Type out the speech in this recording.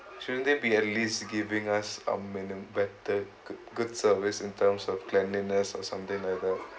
shouldn't they be at least giving us a minimum better good service in terms of cleanliness or something like that